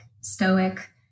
stoic